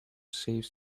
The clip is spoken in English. saves